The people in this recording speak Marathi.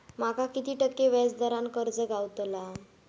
माका किती टक्के व्याज दरान कर्ज गावतला?